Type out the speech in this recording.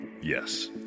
yes